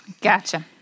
Gotcha